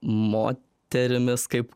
moterimis kaip